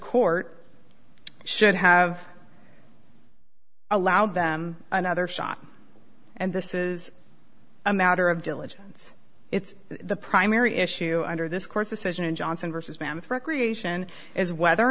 court should have allow them another shot and this is a matter of diligence it's the primary issue under this court's decision in johnson versus mammoth recreation is whether or